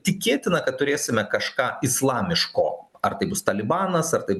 tikėtina kad turėsime kažką islamiško ar tai bus talibanas ar tai